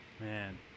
man